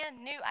new